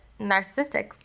narcissistic